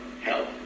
help